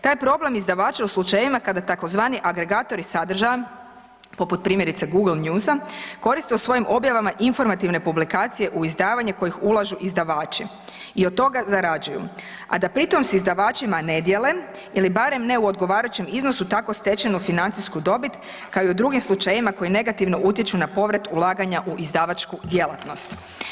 Taj problem izdavača u slučaju kada tzv. agregatori sadržaja poput primjerice Google Newsa koriste u svojim objava informativne publikacije u izdavanje u kojih ulažu izdavači i od toga zarađuju a da pritom s izdavačima ne dijele ili barem ne u odgovarajućem iznosu tako stečenu financijsku dobit kao i u drugim slučajevima koji negativno utječu na povrat ulaganja u izdavačku djelatnost.